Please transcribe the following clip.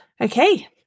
Okay